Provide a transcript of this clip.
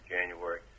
January